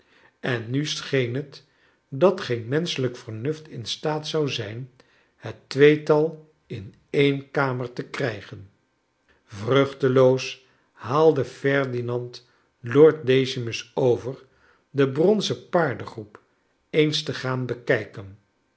en nu scheen het dat geen menschelijk vernuft in staat zou zijn het tweetal in een kamer te krijgen vruchteloos haaldc ferdinand lord decimus over de bronzen paardengroep eens te gaan bekijken